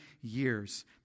years